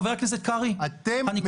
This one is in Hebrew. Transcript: חבר הכנסת קרעי --- אתם מבזים את הכנסת.